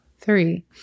three